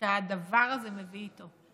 שהדבר הזה מביא איתו.